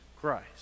Christ